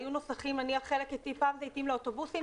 היו נוסחים פעם זה התאים לאוטובוסים,